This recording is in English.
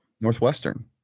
northwestern